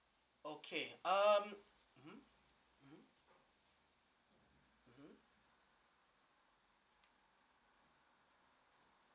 okay um hmm hmm hmm